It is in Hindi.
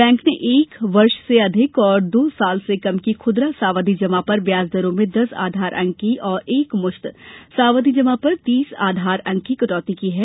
बैंक ने एक वर्ष से अधिक और दो वर्ष से कम की खुदरा सावधि जमा पर ब्याज दरों में दस आधार अंक की और एकमुश्त सावधि जमा पर तीस आधार अंक की कटौती की है